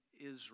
Israel